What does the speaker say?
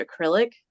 acrylic